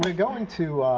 but going to